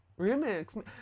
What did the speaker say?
remix